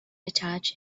attach